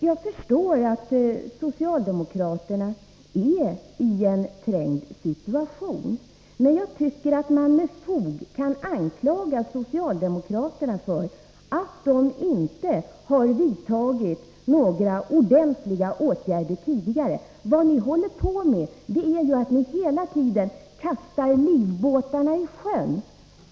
Jag förstår att socialdemokraterna befinner sig i en trängd situation. Men jag tycker att man med fog kan anklaga socialdemokraterna för att de inte har vidtagit några ordentliga åtgärder tidigare. Vad ni håller på med är ju att ni hela tiden kastar livbåtarna i sjön.